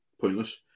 pointless